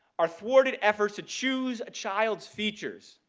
our thwarted efforts to choose a child's features